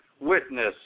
witness